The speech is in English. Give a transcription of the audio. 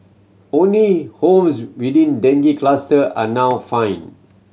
only homes within dengue cluster are now fined